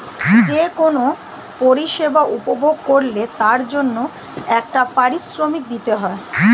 যে কোন পরিষেবা উপভোগ করলে তার জন্যে একটা পারিশ্রমিক দিতে হয়